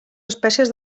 espècies